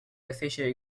officially